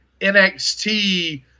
NXT